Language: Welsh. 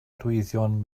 arwyddion